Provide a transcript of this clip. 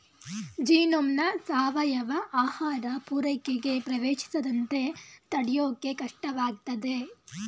ಜೀನೋಮ್ನ ಸಾವಯವ ಆಹಾರ ಪೂರೈಕೆಗೆ ಪ್ರವೇಶಿಸದಂತೆ ತಡ್ಯೋಕೆ ಕಷ್ಟವಾಗ್ತದೆ